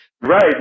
Right